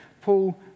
Paul